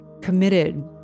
committed